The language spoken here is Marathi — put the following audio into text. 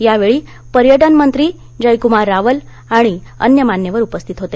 यावेळी पर्यटन मंत्री जयकुमार रावल आणि अन्य मान्यवर उपस्थित होते